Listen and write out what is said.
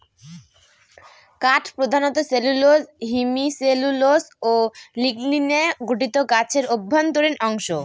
কাঠ প্রধানত cellulose hemicellulose ও লিগনিনে গঠিত গাছের অভ্যন্তরীণ অংশ